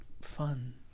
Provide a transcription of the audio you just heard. fun